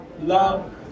love